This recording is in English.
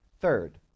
Third